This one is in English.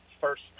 first